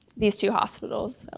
these two hospitals.